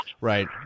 Right